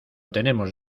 tenemos